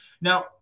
now